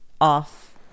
off